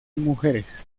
mujeres